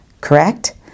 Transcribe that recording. correct